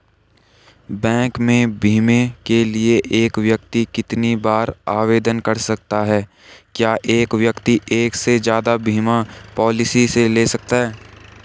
Bank में बीमे के लिए एक व्यक्ति कितनी बार आवेदन कर सकता है क्या एक व्यक्ति एक से ज़्यादा बीमा पॉलिसी ले सकता है?